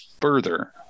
further